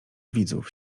widzów